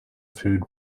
food